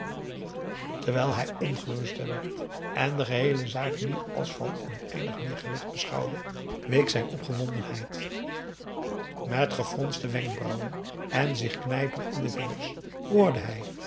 terwijl hij ongeruster werd en de geheele zaak nu als van oneindig meer gewicht beschouwde week zijn opgewondenheid met gefronste wenkbrauwen en zich knijpend in de vingers hoorde hij